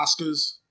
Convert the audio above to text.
oscars